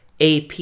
AP